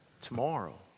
tomorrow